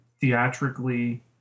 theatrically